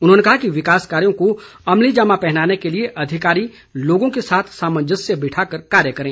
उन्होंने कहा कि विकास कार्यो को अमली जामा पहनाने के लिए अधिकारी लोगों के साथ सामंजस्य बिठाकर कार्य करें